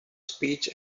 speech